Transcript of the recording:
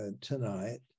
tonight